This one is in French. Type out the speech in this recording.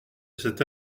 cet